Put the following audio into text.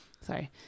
Sorry